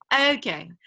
Okay